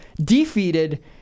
defeated